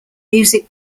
music